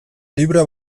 librea